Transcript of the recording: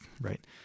right